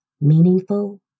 meaningful